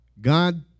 God